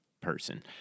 person